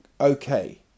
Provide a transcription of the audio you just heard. okay